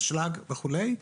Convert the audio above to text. אשלג וכולי.